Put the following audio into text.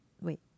Wait